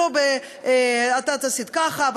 לא ב"את עשית לי ככה",